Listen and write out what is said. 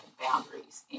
boundaries